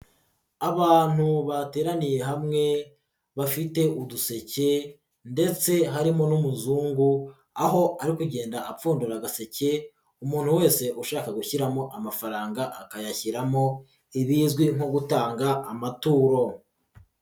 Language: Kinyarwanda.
Abantu bateraniye hamwe bafite uduseke ndetse harimo n'umuzungu, aho ari kugenda apfundura agaseke umuntu wese ushaka gushyiramo amafaranga akayashyiramo ibizwi nko gutanga amaturo.